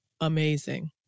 amazing